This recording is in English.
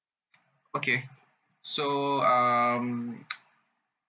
okay so um